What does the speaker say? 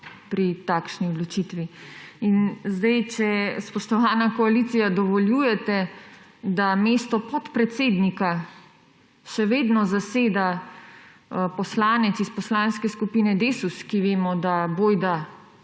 pri takšni odločitvi. In zdaj, spoštovana koalicija, dovoljujete, da mesto podpredsednika še vedno zaseda poslanec iz Poslanske skupine Desus, ki vemo, da bojda